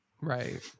Right